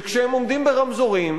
וכשהם עומדים ברמזורים,